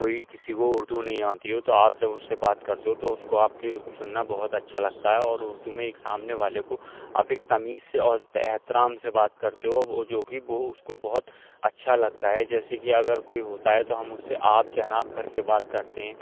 کوئی کسی کو اردو نہیں آتی ہو تو آپ جب اس سے بات کرتے ہو تو اس کو آپ کی سننا بہت اچھا لگتا ہے اور اردو میں ایک سامنے والے کو آپ ایک تمیز سے اور احترام سے بات کرتے ہو جو کہ وہ اس کو بہت اچھا لگتا ہے جیسے کہ اگر کوئی ہوتا ہے تو ہم اس سے آپ جناب کر کے بات کرتے ہیں